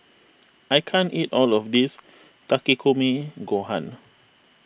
I can't eat all of this Takikomi Gohan